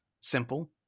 simple